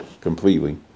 completely